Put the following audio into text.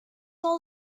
all